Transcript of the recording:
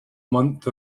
month